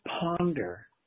ponder